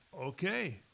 Okay